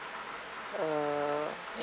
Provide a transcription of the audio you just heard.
uh and